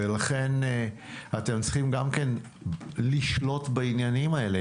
ולכן אתם צריכים גם כן לשלוט בעניינים האלה,